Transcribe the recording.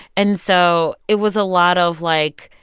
and so it was a lot of like,